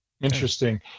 Interesting